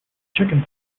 chicken